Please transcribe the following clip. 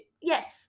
Yes